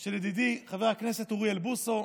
של ידידי חבר הכנסת אוריאל בוסו,